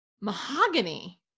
Mahogany